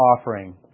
offering